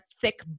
thick